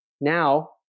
Now